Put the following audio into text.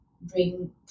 bring